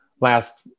last